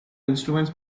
instruments